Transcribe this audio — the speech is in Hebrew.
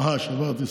אה, שברתי שיא.